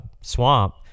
swamp